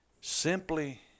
Simply